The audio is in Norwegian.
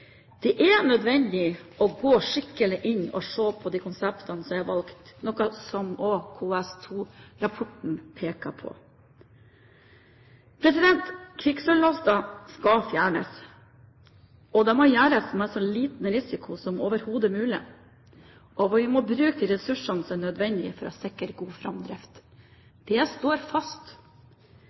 Det er nødvendig å gå skikkelig inn og se på de konseptene som er valgt, noe som også KS2-rapporten pekte på. Kvikksølvlasten skal fjernes. Det må gjøres med så liten risiko som overhodet mulig, og vi må bruke de ressursene som er nødvendig for å sikre en god framdrift. Det står fast.